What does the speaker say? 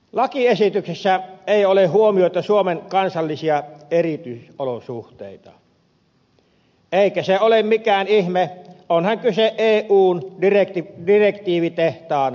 lakiesityksessä ei ole huomioitu suomen kansallisia erityisolosuhteita eikä se ole mikään ihme onhan kyse eun direktiivitehtaan päästöstä